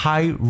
High